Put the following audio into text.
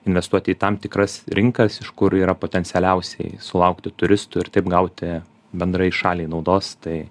investuoti į tam tikras rinkas iš kur yra potencialiausiai sulaukti turistų ir taip gauti bendrai šaliai naudos tai